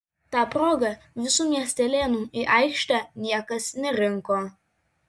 ta proga visų miestelėnų į aikštę niekas nerinko